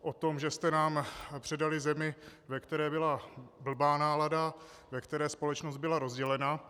O tom, že jste nám předali zemi, ve které byla blbá nálada, ve které společnost byla rozdělena.